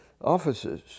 offices